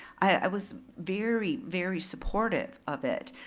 i was very, very supportive of it.